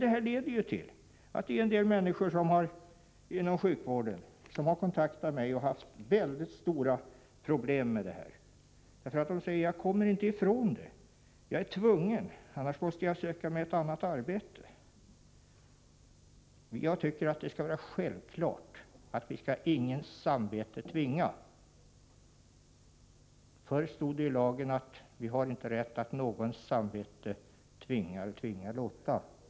Detta leder till att en del människor inom sjukvården haft mycket stora problem. En del har kontaktat mig och sagt: Vi kommer inte ifrån detta, utan vi är tvungna — annars måste vi söka ett annat arbete. Jag tycker att det skall vara självklart att vi skall ingens samvete tvinga. Förr stod det i lagen att vi inte har rätt att någons samvete tvinga eller tvinga låta.